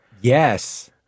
Yes